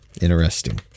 Interesting